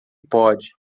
pode